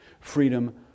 Freedom